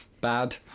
Bad